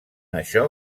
això